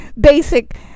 basic